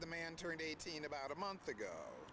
the man turned eighteen about a month ago